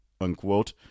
unquote